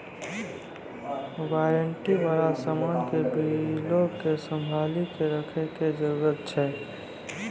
warranty बाला समान के बिलो के संभाली के रखै के जरूरत छै